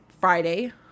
Friday